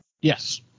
Yes